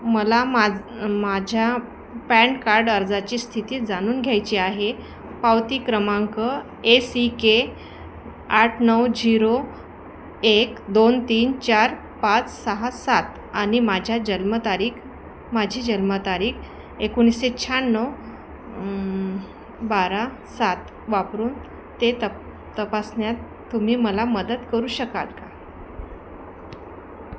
मला माज माझ्या पॅन कार्ड अर्जाची स्थिती जाणून घ्यायची आहे पावती क्रमांक एसी केट नऊ झिरो एक दोन तीन चार पाच सहा सात आणि माझ्या जन्मतारीख माझी जन्मतारीख एकोणीसशे शहयाण्णव बारा सात वापरून ते तप तपासण्यात तुम्ही मला मदत करू शकाल का